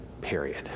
period